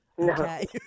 Okay